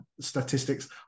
statistics